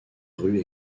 rues